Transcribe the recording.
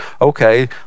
Okay